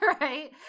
right